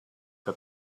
que